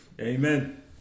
Amen